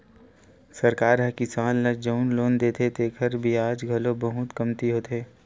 सरकार ह किसान ल जउन लोन देथे तेखर बियाज घलो बहुते कमती होथे